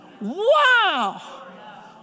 Wow